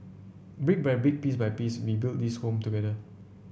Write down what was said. brick by brick piece by piece we build this home together